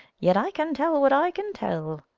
yet i can tell what i can tell.